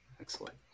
Excellent